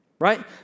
right